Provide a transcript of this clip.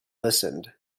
listened